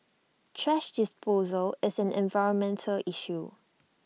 thrash disposal is an environmental issue